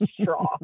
straw